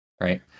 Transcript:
right